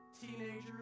teenagers